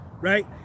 right